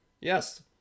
yes